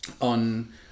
on